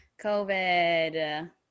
COVID